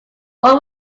what